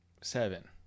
seven